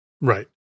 right